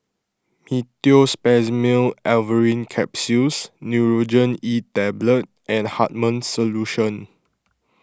Meteospasmyl Alverine Capsules Nurogen E Tablet and Hartman's Solution